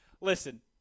Listen